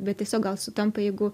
bet tiesiog gal sutampa jeigu